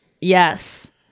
Yes